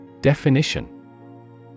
Definition